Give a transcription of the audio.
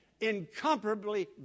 Incomparably